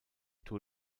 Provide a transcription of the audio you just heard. tour